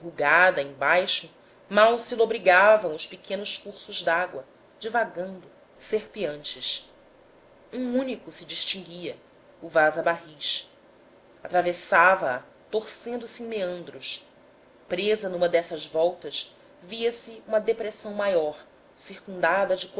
rugada embaixo mal se lobrigavam os pequenos cursos dágua divagando serpeantes um único se distinguia o vaza barris atravessava a torcendo se em meandros presa numa dessas voltas viase uma depressão maior circundada de